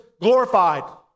glorified